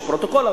פרוטוקול,